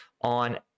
on